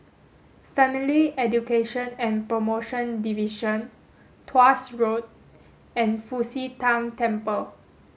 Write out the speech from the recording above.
Family Education and Promotion Division Tuas Road and Fu Xi Tang Temple